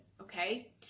Okay